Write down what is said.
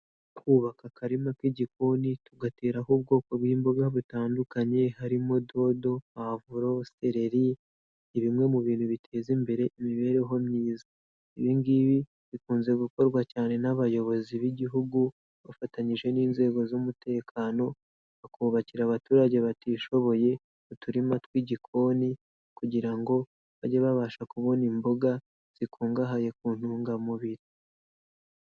Kubaka akarima k'igikoni tugateraho ubwoko bw'imboga butandukanye, harimo dodo, pavuro, sereri, ni bimwe mu bintu biteza imbere imibereho myiza, ibi ngibi bikunze gukorwa cyane n'abayobozi b'igihugu bafatanyije n'inzego z'umutekano, bakubakira abaturage batishoboye uturima tw'igikoni kugira ngo bajye babasha kubona imboga zikungahaye ku ntungamubiri.